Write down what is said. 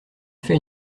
fait